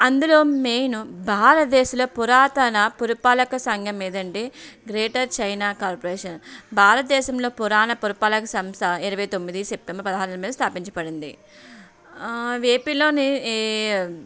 అందులో మెయిన్ భారతదేశంలో పురాతన పురపాలక సంఘం ఏంటంటే గ్రేటర్ చైనా కార్పొరేషన్ భారతదేశంలో పురాణ పురపాలక సంస్థ ఇరవై తొమ్మిది సెప్టెంబరు పదహారున స్థాపించబడింది ఏపీలో